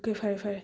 okay ꯐꯔꯦ ꯐꯔꯦ